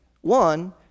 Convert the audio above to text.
One